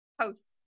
posts